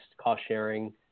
cost-sharing